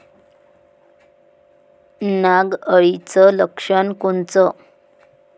नाग अळीचं लक्षण कोनचं?